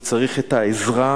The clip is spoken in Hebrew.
הוא צריך את העזרה.